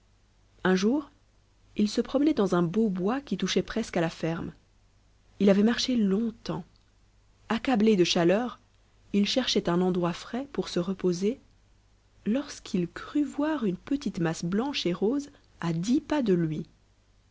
un jour il se promenait dans un beau bois qui touchait presque à la ferme il avait marché longtemps accablé de chaleur il cherchait un endroit frais pour se reposer lorsqu'il crut voir une petite masse blanche et rosé à dix pas de lui